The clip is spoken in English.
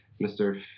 mr